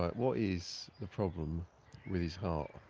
right, what is the problem with his heart?